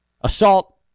Assault